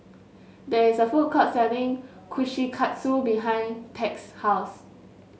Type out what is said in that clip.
there is a food court selling Kushikatsu behind Tex house